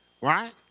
right